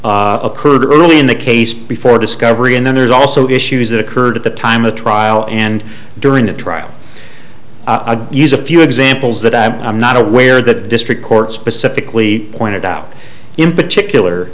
here occurred early in the case before discovery and then there's also issues that occurred at the time of trial and during the trial a used a few examples that i'm not aware of the district court specifically pointed out in particular